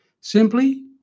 simply